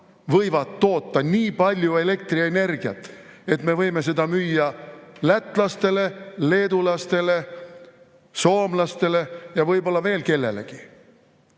võivad toota nii palju elektrienergiat, et võime seda müüa lätlastele, leedulastele, soomlastele ja võib-olla veel kellelegi.